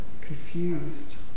confused